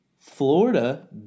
Florida